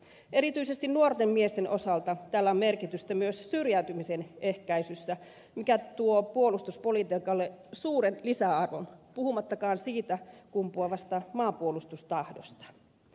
erityisesti nuorten miesten osalta tällä on merkitystä myös syrjäytymisen ehkäisyssä mikä tuo puolustuspolitiikalle suuren lisäarvon puhumattakaan siitä kumpuavasta maanpuolustustahdosta